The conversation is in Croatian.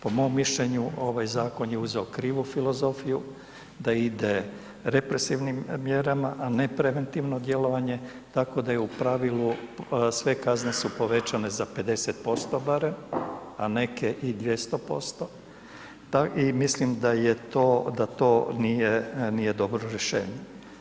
Po mom mišljenju ovaj zakon je uzeo krivu filozofiju da ide represivnim mjerama a ne preventivno djelovanje, tako da u pravilu sve kazne su povećane za 50% barem a neke i 200% i mislim da to nije dobro rješenje.